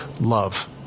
love